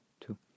two